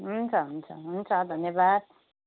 हुन्छ हुन्छ हुन्छ धन्यवाद